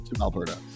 Alberta